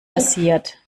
passiert